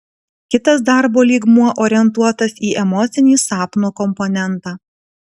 kitas darbo lygmuo orientuotas į emocinį sapno komponentą